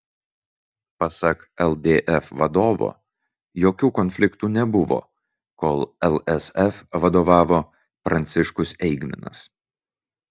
pasak ldf vadovo jokių konfliktų nebuvo kol lsf vadovavo pranciškus eigminas